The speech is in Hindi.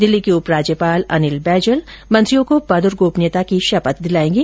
दिल्ली के उपराज्यपाल अनिल बैजल मंत्रियों को पद और गोपनीयता की शपथ दिलाएंगे